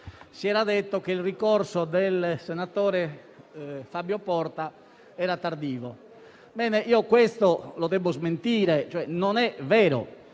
si era detto che il ricorso del senatore Fabio Porta era tardivo. Ebbene, devo smentire: non è vero.